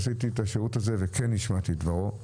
עשיתי את השירות הזה וכן השמעתי את דברו.